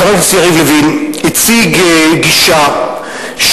חבר הכנסת יריב לוין הציג גישה שנובעת,